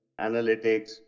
analytics